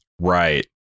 Right